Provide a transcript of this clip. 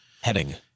Heading